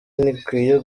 ntikwiye